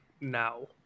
now